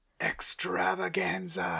Extravaganza